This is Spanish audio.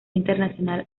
internacional